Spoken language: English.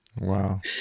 Wow